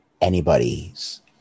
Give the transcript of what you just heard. anybody's